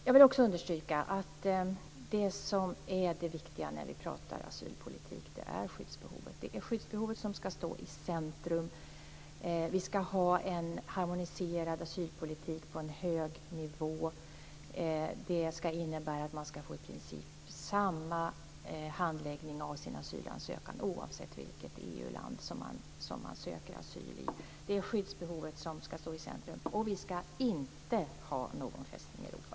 Jag vill också understryka att det viktiga när vi pratar asylpolitik är skyddsbehovet. Det är skyddsbehovet om ska stå i centrum. Vi ska ha en harmoniserad asylpolitik på en hög nivå. Det ska innebära att man ska få i princip samma handläggning av sin asylansökan oavsett vilket EU-land man söker asyl i. Det är skyddsbehovet som ska stå i centrum. Och vi ska inte ha någon Fästning Europa.